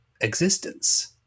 existence